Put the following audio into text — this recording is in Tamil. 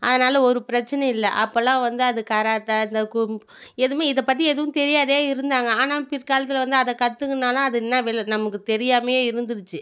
அதனால் ஒரு பிரச்சினையும் இல்லை அப்போல்லாம் வந்து அது கராத்தே இந்த கும்பு எதுவுமே இதை பற்றி எதுவும் தெரியாத இருந்தாங்க ஆனால் பிற்காலத்தில் வந்து அதை கற்றுக்கினாலும் அது என்னா வெல நமக்குத் தெரியாமையே இருந்துருச்சு